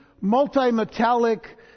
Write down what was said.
multi-metallic